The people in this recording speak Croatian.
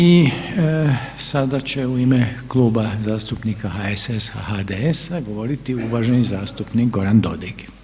I sada će u ime Kluba zastupnika HSS-a, HDS-a govoriti uvaženi zastupnik Goran Dodig.